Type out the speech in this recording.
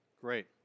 Great